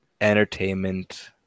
entertainment